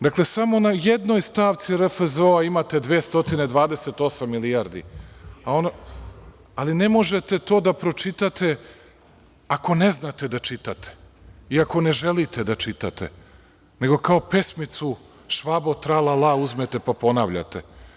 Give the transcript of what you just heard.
Dakle, samo na jednoj stavci RFZO-a imate 228 milijardi, ali ne možete to da pročitate ako ne znate da čitate i ako ne želite da čitate, nego kao pesmicu „Švabo tra-la-la“ uzmete da ponavljate.